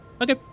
Okay